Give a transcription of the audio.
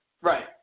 Right